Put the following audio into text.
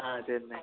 ஆ சரிண்ணே